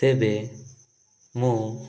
ତେବେ ମୁଁ